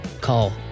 call